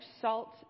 salt